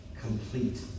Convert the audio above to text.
complete